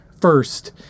first